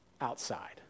outside